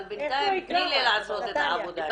אבל בינתיים תני לי לעשות את העבודה.